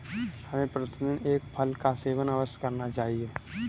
हमें प्रतिदिन एक फल का सेवन अवश्य करना चाहिए